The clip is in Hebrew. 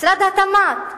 משרד התמ"ת,